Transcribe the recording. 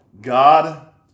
God